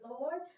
Lord